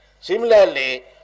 Similarly